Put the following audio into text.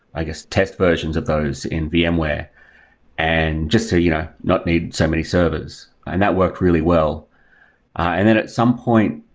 i guess test versions of those in vmware. and just so you know, not needed so many servers. and that worked really well and then at some point,